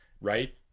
right